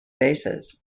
bases